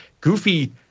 Goofy